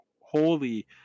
Holy